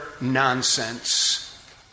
nonsense